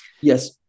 Yes